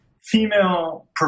female